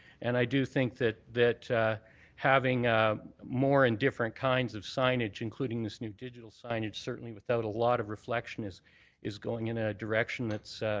and i do think that that having more and different kinds of signage including this new digital signage certainly without a lot of reflection is is going in a direction that's